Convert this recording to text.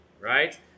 right